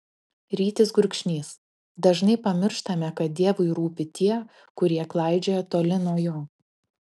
rytis gurkšnys dažnai pamirštame kad dievui rūpi tie kurie klaidžioja toli nuo jo